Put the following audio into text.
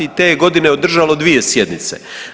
Te je godine održalo 2 sjednice.